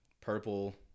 purple